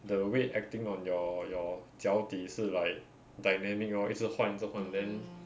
the weight acting on your your 脚底是 like dynamic lor 一直换一直换 then